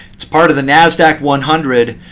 it's part of the nasdaq one hundred.